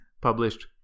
published